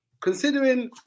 considering